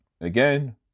Again